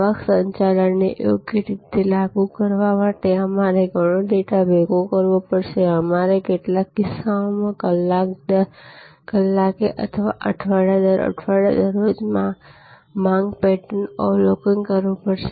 આવક સંચાલનને યોગ્ય રીતે લાગુ કરવા માટે અમારે ઘણો ડેટા ભેગો કરવો પડશેઅમારે કેટલાક કિસ્સાઓમાં કલાક દર કલાકે અથવા અઠવાડિયા દર અઠવાડિયે દરરોજ માંગ પેટર્નનું અવલોકન કરવું પડે છે